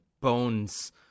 bones